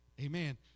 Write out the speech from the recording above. Amen